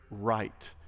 right